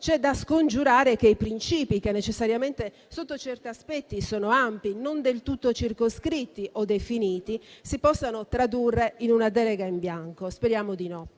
C'è da scongiurare che i principi, che necessariamente sotto certi aspetti sono ampi, non del tutto circoscritti o definiti, si possano tradurre in una delega in bianco. Speriamo di no.